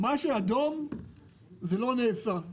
מה שבאדום זה לא נעשה.